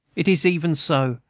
it is even so,